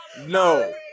no